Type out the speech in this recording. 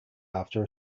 after